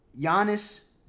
Giannis